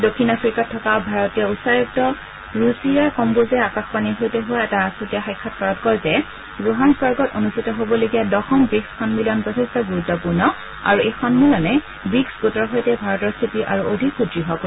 দক্ষিণ আফ্ৰিকাত থকা ভাৰতীয় উচ্চায়ুক্ত ৰুছিৰা কম্বোজে আকাশবাণীৰ সৈতে হোৱা এটা আচুতীয়া সাক্ষাৎকাৰত কয় যে জোহালবাৰ্গত অনুষ্ঠিত হ'বলগীয়া দশম ৱিকছ সন্মিলন যথেষ্ট গুৰুত্পূৰ্ণ আৰু এই সন্মিলনে ৱিকছ গোটৰ সৈতে ভাৰতৰ স্থিতি আৰু অধিক সুদ্য় কৰিব